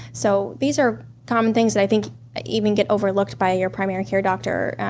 so these are common things that i think that even get overlooked by your primary care doctor.